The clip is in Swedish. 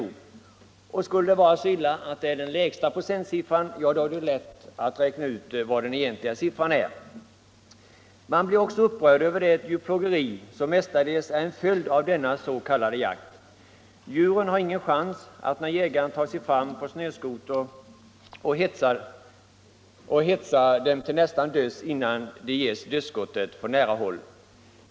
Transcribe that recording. Och skulle det vara så illa att endast 196 av fallen uppdagas och det alltså är den lägsta procentsiffran som gäller är det lätt att räkna ut vad som är den egentliga siffran. Man blir också upprörd över det djurplågeri som mestadels är en följd av denna s.k. jakt. Djuren har ingen chans när jägaren tar sig fram på snöskoter och hetsar dem nästan till döds innan de ges dödsskottet från nära håll.